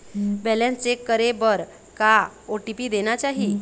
Balance check करे बर का ओ.टी.पी देना चाही?